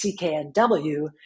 CKNW